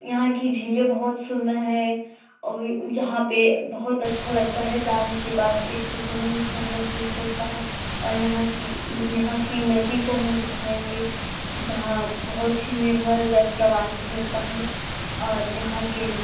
यहाँ की झीलें बहुत सुंदर हैं जहाँ पर बहुत अच्छा लगता है जाने के बाद एक सुकून सा महसूस होता है और यहाँ की यहाँ की नदी को हम दिखाएँगे जहाँ बहुत ही निर्मल जल प्रवाहित होता है और यहाँ के